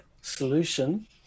solution